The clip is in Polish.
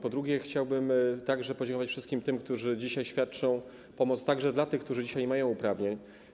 Po drugie, chciałbym także podziękować wszystkim tym, którzy świadczą pomoc, także pomoc dla tych, którzy dzisiaj nie mają uprawnień.